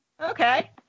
Okay